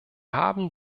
haben